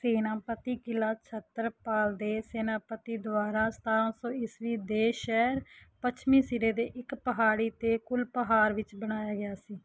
ਸੈਨਾਪਤੀ ਕਿਲ੍ਹਾ ਛਤਰਪਾਲ ਦੇ ਸੈਨਾਪਤੀ ਦੁਆਰਾ ਸਤਾਰ੍ਹਾਂ ਸੌ ਈਸਵੀ ਦੇ ਸ਼ਹਿਰ ਪੱਛਮੀ ਸਿਰੇ ਦੇ ਇੱਕ ਪਹਾੜੀ 'ਤੇ ਕੁਲਪਹਾਰ ਵਿੱਚ ਬਣਾਇਆ ਗਿਆ ਸੀ